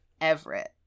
Everett